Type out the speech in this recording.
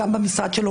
גם במשרד שלו.